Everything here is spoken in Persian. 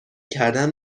کردن